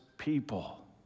People